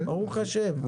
ברוך השם.